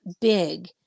big